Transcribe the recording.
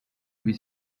wie